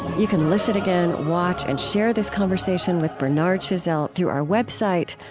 you can listen again, watch, and share this conversation with bernard chazelle through our website,